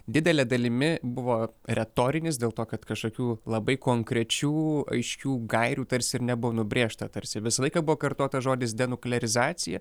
didele dalimi buvo retorinis dėl to kad kažkokių labai konkrečių aiškių gairių tarsi ir nebuvo nubrėžta tarsi visą laiką buvo kartotas žodis denuklerizacija